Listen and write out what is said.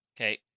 Okay